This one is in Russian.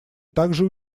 также